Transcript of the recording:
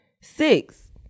six